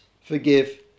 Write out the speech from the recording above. forgive